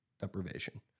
deprivation